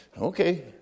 Okay